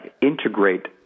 integrate